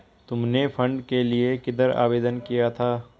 तुमने फंड के लिए किधर आवेदन किया था?